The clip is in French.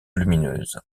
lumineuse